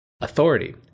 authority